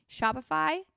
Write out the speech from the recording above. Shopify